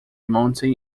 mounting